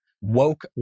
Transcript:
woke